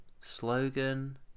Slogan